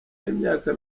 y’imyaka